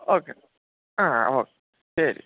okay ആ okay ശരി